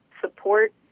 support